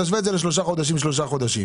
תשווה את זה לשלושה חודשים ושלושה חודשים.